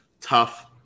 tough